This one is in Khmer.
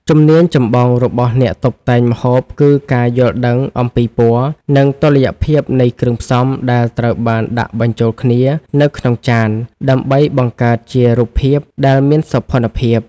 ជំនាញចម្បងរបស់អ្នកតុបតែងម្ហូបគឺការយល់ដឹងអំពីពណ៌ និងតុល្យភាពនៃគ្រឿងផ្សំដែលត្រូវបានដាក់បញ្ជូលគ្នានៅក្នុងចាន ដើម្បីបង្កើតជារូបភាពដែលមានសោភ័ណភាព។